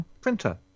printer